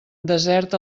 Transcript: desert